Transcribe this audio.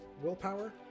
willpower